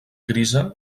grisa